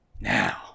now